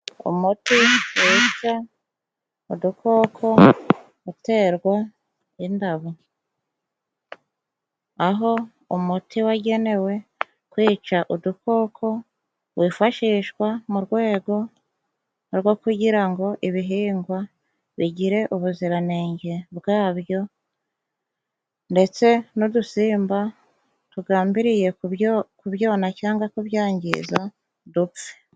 Umuti wica udukoko uterwa indabo, aho umuti wagenewe kwica udukoko wifashishwa mu rwego rwo kugira ngo ibihingwa bigire ubuziranenge bwabyo, ndetse n'udusimba tugambiriye kubyo kubyona cyangwa kubyangiza dupfe.